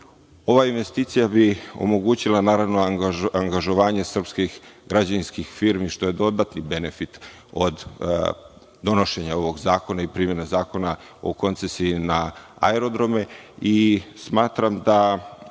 investicija bi omogućila, naravno, angažovanje srpskih građevinskih firmi, što je dodatni benefit od donošenja ovog zakona i primene zakona o koncesiji na aerodrome. Smatram da